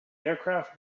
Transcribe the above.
aircraft